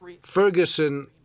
Ferguson